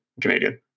Canadian